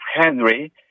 Henry